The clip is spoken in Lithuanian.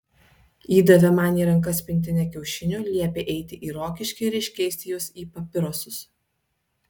įdavė man į rankas pintinę kiaušinių liepė eiti į rokiškį ir iškeisti juos į papirosus